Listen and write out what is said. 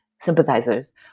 sympathizers